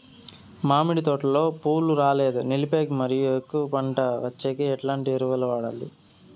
మామిడి తోటలో పూలు రాలేదు నిలిపేకి మరియు ఎక్కువగా పంట వచ్చేకి ఎట్లాంటి ఎరువులు వాడాలి?